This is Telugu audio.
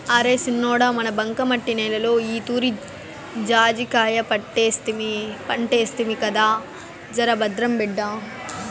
అరే సిన్నోడా మన బంకమట్టి నేలలో ఈతూరి జాజికాయ పంటేస్తిమి కదా జరభద్రం బిడ్డా